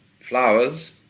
flowers